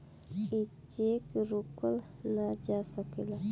ई चेक रोकल ना जा सकेला